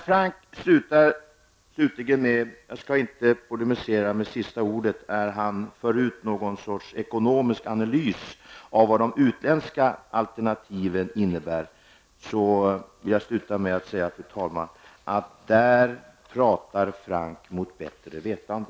Jag skall inte polemisera mot Hans Göran Franck när han gör någon sorts ekonomisk analys av vad de utländska alternativen innebär. Men jag vill avsluta med att säga att här pratar Franck mot bättre vetande.